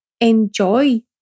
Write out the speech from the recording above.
enjoy